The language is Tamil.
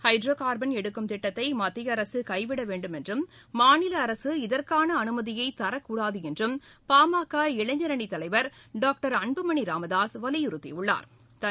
ஹைட்ரோ கார்பன் எடுக்கும் திட்டத்தை மத்திய அரசு கைவிட வேண்டுமென்றும் மாநில அரசு இதற்கான அனுமதியை தரக்கூடாது என்றும் பாமக இளைஞரணி தலைவர் டாக்டர் அன்புமணி ராமதாஸ் வலியுறுத்தியுள்ளா்